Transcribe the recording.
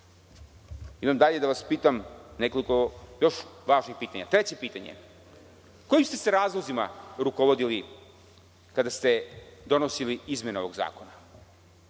dalje da vas pitam nekoliko još važnih pitanja. Treće pitanje, kojim ste se razlozima rukovodili kada ste donosili izmene ovog zakona?